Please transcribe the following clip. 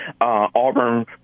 Auburn